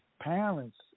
parents